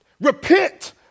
Repent